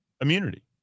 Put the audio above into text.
immunity